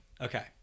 okay